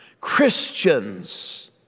Christians